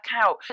out